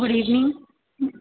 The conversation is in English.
good evening